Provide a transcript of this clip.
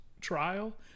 trial